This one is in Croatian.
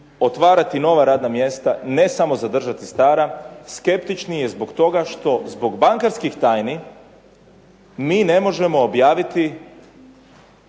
otvarati nova radna mjesta, ne samo zadržati stara, skeptični je zbog toga što zbog bankarskih tajni mi ne možemo objaviti